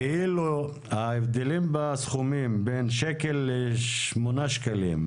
ההבדלים בסכומים בין שקל לשמונה שקלים.